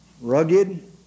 rugged